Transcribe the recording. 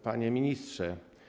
Panie Ministrze!